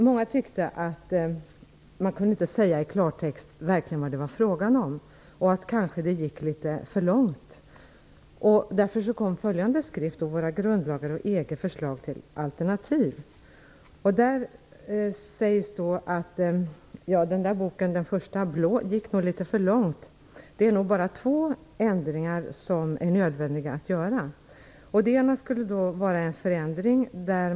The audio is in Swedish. Många tyckte att man inte i klartext kunde säga vad det verkligen var frågan om, och att detta kanske var att gå litet för långt. Därför kom följade skrift: Om våra grundlagar och EG -- förslag till alternativ. Där sägs att man gick litet för långt i den första, den blå, boken. Det var nog bara två ändringar som var nödvändiga att göra.